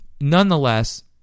nonetheless